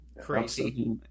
crazy